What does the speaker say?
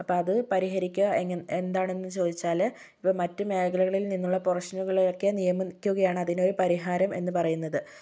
അപ്പോൾ അത് പരിഹരിക്കുക എന്താണെന്നു ചോദിച്ചാല് ഇപ്പോൾ മറ്റു മേഖലകളില് നിന്നുള്ള പ്രൊഫഷനുകളെ ഒക്കെ നിയമിക്കുകയാണ് അതിനൊരു പരിഹാരം എന്ന് പറയുന്നത്